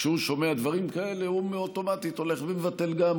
כשהוא שומע דברים כאלה הוא אוטומטית הולך ומבטל גם.